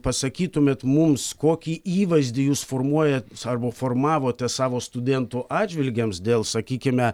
pasakytumėt mums kokį įvaizdį jūs formuojat arba formavote savo studentų atžvilgiams jiems dėl sakykime